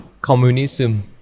communism